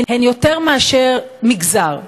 הן יותר מאשר מגזר,